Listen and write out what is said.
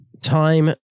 Time